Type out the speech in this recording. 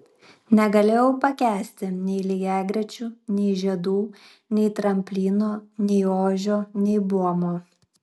negalėjau pakęsti nei lygiagrečių nei žiedų nei tramplino nei ožio nei buomo